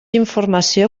informació